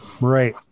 Right